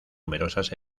numerosas